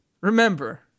remember